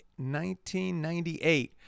1998